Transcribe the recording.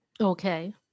Okay